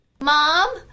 Mom